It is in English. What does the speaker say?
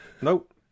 nope